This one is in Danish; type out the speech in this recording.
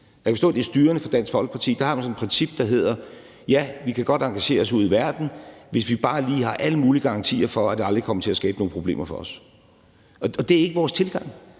Jeg kan forstå, at det er styrende for Dansk Folkeparti. Der har man sådan et princip, der hedder: Ja, vi kan godt engagere os ude i verden, hvis vi bare lige har alle mulige garantier for, at det aldrig kommer til at skabe nogen problemer for os. Og det er ikke vores tilgang.